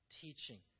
Teaching